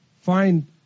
find